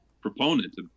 proponent